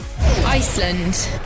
Iceland